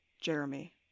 Jeremy